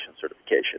certification